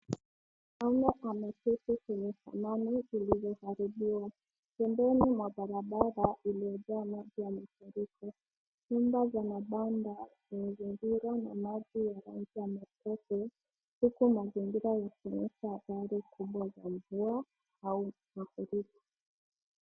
Mwanaume ameketi kwenye dhamani zilizoharibiwa, pembeni mwa barabara iliyojaa maji ya mafuriko. Nyumba za mabanda zimezingirwa na maji ya rangi ya matope, huku mazingira yakionyesha athari kubwa ya mvua au mafuriko.